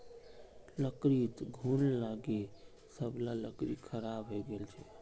लकड़ीत घुन लागे सब ला लकड़ी खराब हइ गेल छेक